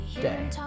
day